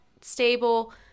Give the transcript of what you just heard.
stable